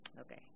okay